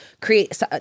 create